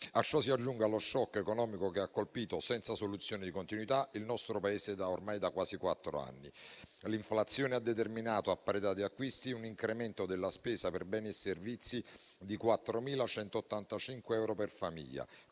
A ciò si aggiunga lo *shock* economico che ha colpito senza soluzione di continuità il nostro Paese ormai da quasi quattro anni. L'inflazione ha determinato, a parità di acquisti, un incremento della spesa per beni e servizi di 4.185 euro per famiglia,